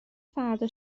فردا